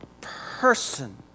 person